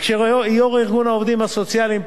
כשיושב-ראש ארגון העובדים הסוציאליים,